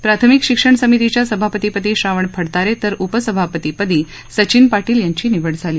प्राथमिक शिक्षण समीतीच्या सभापती पदी श्रावण फडतारे तर उपसभापतीपदी सचीन पाटील यांची निवड झाली